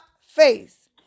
face